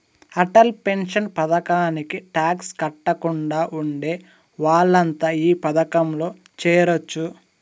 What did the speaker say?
Atal pension పథకానికి tax కట్టకుండా ఉండే వాళ్లంతా ఈ పథకంలో చేరొచ్చు